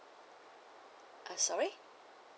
uh sorry